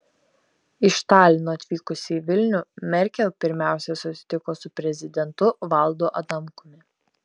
iš talino atvykusi į vilnių merkel pirmiausia susitiko su prezidentu valdu adamkumi